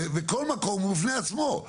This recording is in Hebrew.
וכל מקום הוא בפני עצמו.